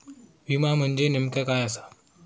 विमा म्हणजे नेमक्या काय आसा?